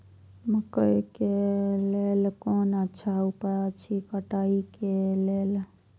मकैय के लेल कोन अच्छा उपाय अछि कटाई के लेल?